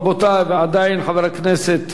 רבותי, ועוד, חבר הכנסת